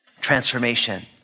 transformation